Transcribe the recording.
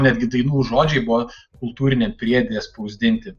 netgi dainų žodžiai buvo kultūriniam priede spausdinti